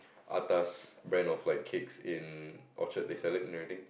atas brand of like cakes in Orchard they sell it and everything